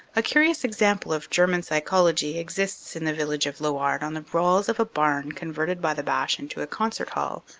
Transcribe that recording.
a curious example of german psychology exists in the village of lewarde on the walls of a barn converted by the boche into a concert hall.